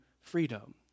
freedom